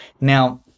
Now